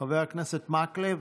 חבר הכנסת מקלב,